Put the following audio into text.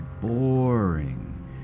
boring